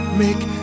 make